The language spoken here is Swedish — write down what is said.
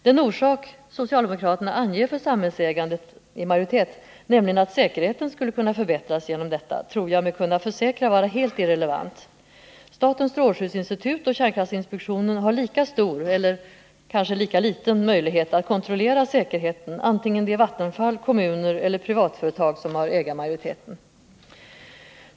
Den orsak som socialdemokraterna anger för samhällsägandet i majoritet, nämligen att säkerheten skulle förbättras genom deita, tror jag mig kunna försäkra är helt irrelevant. Statens strålskyddsinstitut och kärnkraftsinspektionen har lika stor, eller kanske lika liten, möjlighet att kontrollera säkerheten vare sig det är Vattenfall, kommuner eller privatföretag som har ägarmajoriteten.